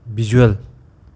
visual